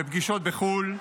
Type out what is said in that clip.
בפגישות בחו"ל,